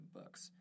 books